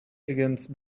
against